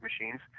machines